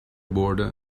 border